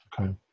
okay